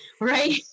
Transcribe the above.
right